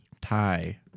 tie